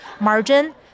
margin